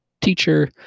teacher